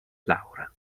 laura